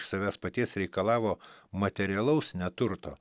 iš savęs paties reikalavo materialaus neturto